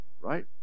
Right